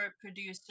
producer